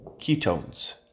ketones